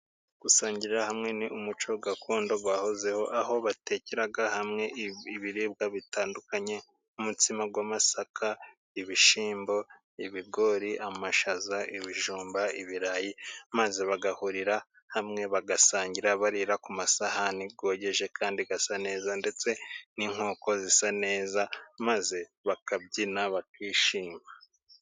Gusangirira hamwe ni umuco gakondo wahozeho aho baterekeraga hamwe ibiribwa bitandukanye nk'umutsima w'amasaka, ibishyimbo, ibigori, amashaza, ibijumba, n'birayi, maze bagahurira hamwe bagasangira, barira ku masahani yogeje kandi asa neza, ndetse n'inkoko zisa neza maze bakabyina bakishima.